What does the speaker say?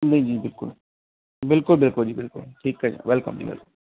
ਨਹੀਂ ਜੀ ਬਿਲਕੁਲ ਬਿਲਕੁਲ ਬਿਲਕੁਲ ਜੀ ਬਿਲਕੁਲ ਠੀਕ ਹੈ ਜੀ ਵੈਲਕਮ ਜੀ ਵੈਲਕਮ